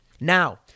Now